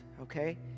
okay